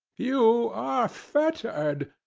you are fettered,